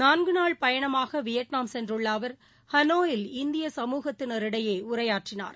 நான்கு நாள் பயணமாக வியட்நாம் சென்றுள்ள அவர் ஹனோயில் இந்திய சமூகத்தினரிடையே உரையாற்றினார்